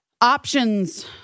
Options